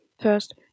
First